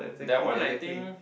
that one I think